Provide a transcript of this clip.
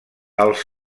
els